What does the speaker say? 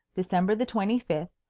december the twenty-fifth,